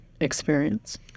experience